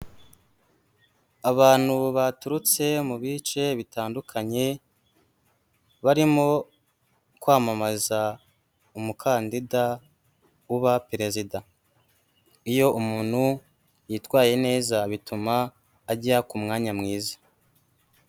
Abantu baturutse mu bice bitandukanye, barimo kwamamaza umukandida, uba perezida. Iyo umuntu yitwaye neza, bituma ajya ku mwanya mwiza.